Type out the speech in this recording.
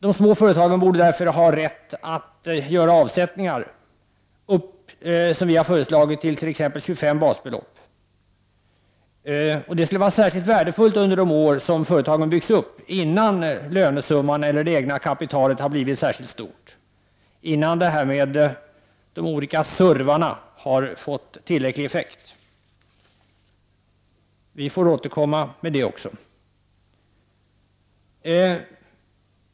De små företagen borde därför ha rätt att göra avsättningar med, som vi har föreslagit, upp till 25 basbelopp. Det skulle vara särskilt värdefullt under de år som företagen byggs upp innan lönesumman eller det egna kapitalet har blivit särskilt stort och innan ”survarna” har fått tillräcklig effekt. Vi får återkomma till det också.